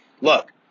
look